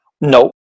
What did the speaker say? No